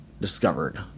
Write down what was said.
discovered